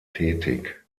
tätig